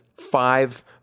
five